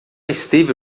esteve